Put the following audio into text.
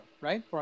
right